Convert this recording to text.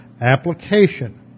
application